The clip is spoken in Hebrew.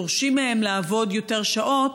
דורשים מהם לעבוד יותר שעות?